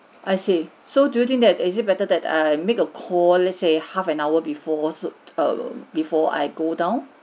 I see so do you think that is it better that I make a call let's say half an hour before should err before I go down